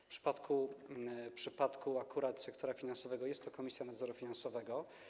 W przypadku akurat sektora finansowego jest to Komisja Nadzoru Finansowego.